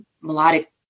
melodic